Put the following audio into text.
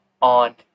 on